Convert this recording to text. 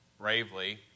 bravely